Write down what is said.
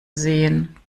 sehen